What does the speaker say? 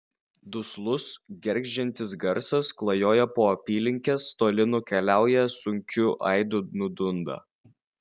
duslus gergždžiantis garsas klajoja po apylinkes toli nukeliauja sunkiu aidu nudunda